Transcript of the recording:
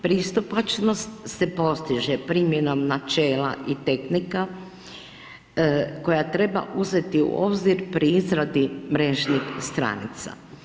Pristupačnost se postiže primjenom načela i tehnika koja treba uzeti u obzir pri izradi mrežnih stranica.